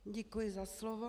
Děkuji za slovo.